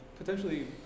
potentially